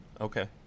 okay